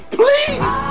please